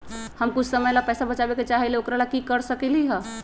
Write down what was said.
हम कुछ समय ला पैसा बचाबे के चाहईले ओकरा ला की कर सकली ह?